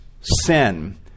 sin